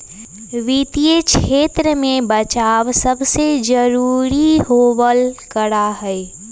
वित्तीय क्षेत्र में बचाव सबसे जरूरी होबल करा हई